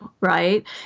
right